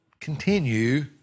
continue